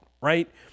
Right